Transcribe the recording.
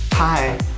Hi